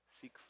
Seek